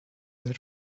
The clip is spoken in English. that